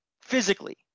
physically